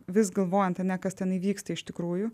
vis galvojant ane kas tenai vyksta iš tikrųjų